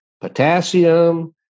potassium